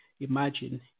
imagine